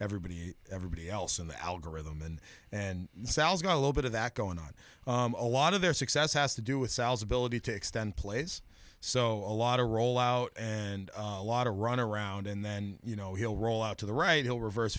everybody everybody else in the algorithm and sounds got a little bit of that going on a lot of their success has to do with sales ability to extend plays so a lot of roll out and a lot of run around and then you know he'll roll out to the right he'll reverse